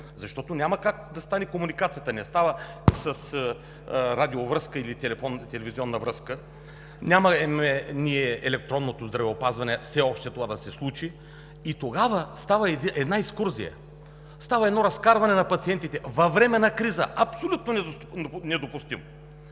защото няма как да стане комуникацията – не става с радиовръзка или телевизионна връзка. Ние все още нямаме електронното здравеопазване, за да се случи това и тогава става една екскурзия, става едно разкарване на пациентите във време на криза. Абсолютно недопустимо!